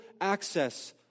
access